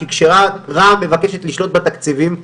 כי כשרע"מ מבקשת לשלוט בתקציבים,